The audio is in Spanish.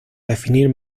definir